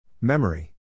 Memory